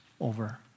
over